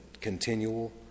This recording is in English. continual